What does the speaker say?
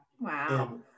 Wow